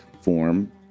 form